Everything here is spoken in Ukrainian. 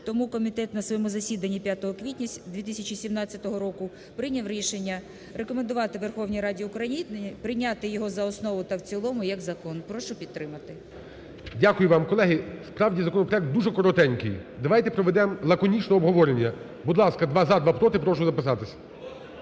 Тому комітет на своєму засіданні 5 квітня 2017 року прийняв рішення рекомендувати Верховній Раді України прийняти його за основу та в цілому як закон. Прошу підтримати. ГОЛОВУЮЧИЙ. Дякую вам. Колеги, справді, законопроект дуже коротенький. Давайте проведемо лаконічне обговорення. Будь ласка, два-за, два-проти. Прошу записатися.